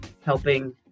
helping